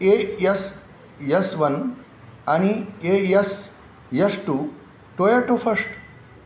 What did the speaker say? ए S S one आणि A S S two Toyota first